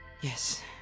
yes